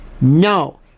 No